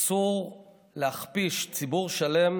אסור להכפיש ציבור שלם